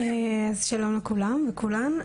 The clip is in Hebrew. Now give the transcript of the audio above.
אז שלום לכולם ולכולן.